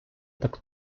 так